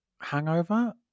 hangover